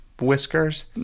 whiskers